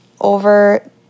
over